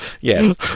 Yes